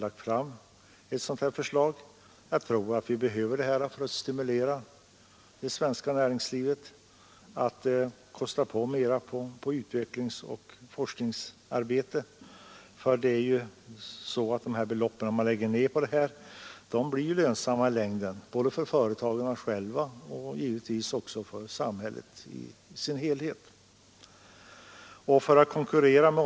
Det är nödvändigt därför att ett sådant stöd förekommer i en rad andra länder, vilket i många år har ställt de svenska företagen i ett helt annat läge än deras utländska konkurrenter. Syftet är alltså att hjälpa svensk företagsamhet till ett rimligt konkurrensläge.